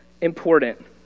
important